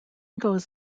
goes